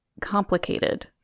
complicated